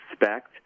expect